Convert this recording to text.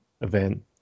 event